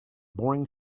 boring